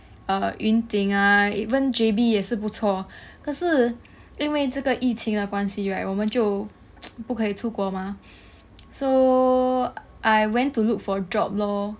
err 云顶 ah even J_B 也是不错可是因为这个疫情的关系 right 我们就 不可以出国 mah so I went to look for a job lor